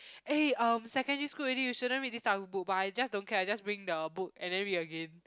eh um secondary school already you shouldn't read this type of book but I just don't care I just bring the book and then read again